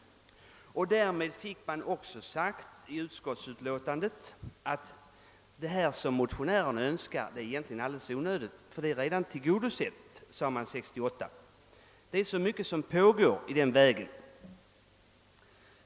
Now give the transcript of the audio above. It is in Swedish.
Därmed fick man ock så sagt i utskottsutlåtandet år 1968 att motionärernas önskemål egentligen vore alldeles onödiga eftersom de redan tillgodosetts; det var så mycket som påginge i den vägen.